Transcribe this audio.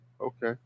Okay